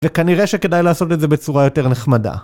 וכנראה שכדאי לעשות את זה בצורה יותר נחמדה.